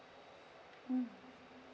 mm